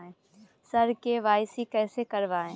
sir KYC कैसे करवाएं